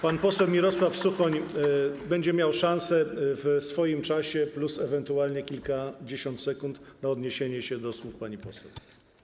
Pan poseł Mirosław Suchoń będzie miał szansę w swoim czasie, plus ewentualnie kilkadziesiąt sekund, na odniesienie się do słów pani poseł.